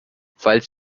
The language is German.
falls